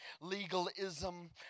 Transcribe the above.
legalism